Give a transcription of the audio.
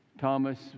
Thomas